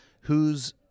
who's-